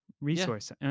resource